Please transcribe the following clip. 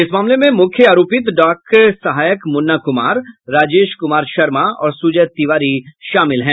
इस मामले में मुख्य आरोपित डाक सहायक मुन्ना कुमार राजेश कुमार शर्मा और सुजय तिवारी शामिल है